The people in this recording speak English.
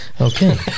Okay